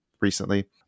recently